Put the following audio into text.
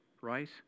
right